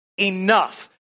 enough